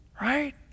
Right